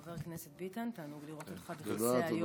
חבר הכנסת ביטן, תענוג לראות אותך בכיסא היו"ר.